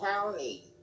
county